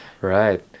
right